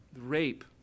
rape